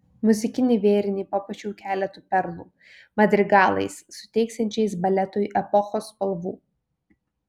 muzikinį vėrinį papuošiau keletu perlų madrigalais suteiksiančiais baletui epochos spalvų